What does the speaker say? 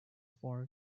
park